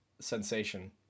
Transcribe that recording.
sensation